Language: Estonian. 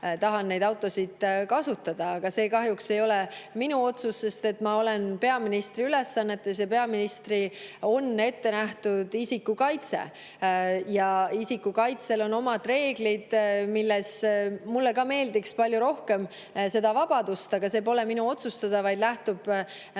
vähe neid autosid kasutada, aga see ei ole kahjuks minu otsus, sest ma olen peaministri ülesannetes. Peaministrile on ette nähtud isikukaitse ja isikukaitsel on oma reeglid. Mulle meeldiks ka palju rohkem vabadust, aga see pole minu otsustada. See lähtub